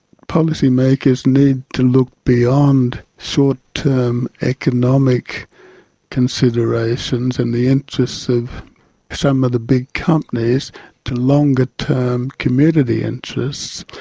policymakers need to look beyond short-term economic considerations in the interests of some of the big companies to longer-term community interests.